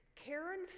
Karen